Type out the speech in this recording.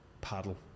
paddle